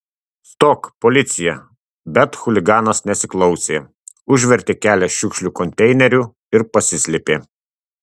stok policija bet chuliganas nesiklausė užvertė kelią šiukšlių konteineriu ir pasislėpė